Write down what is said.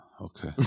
Okay